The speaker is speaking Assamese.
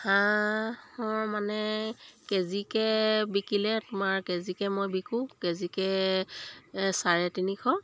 হাঁহৰ মানে কেজিকৈ বিকিলে তোমাৰ কেজিকে মই বিকোঁ কেজিকৈ চাৰে তিনিশ